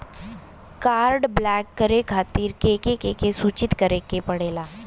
Card block करे बदी के के सूचित करें के पड़ेला?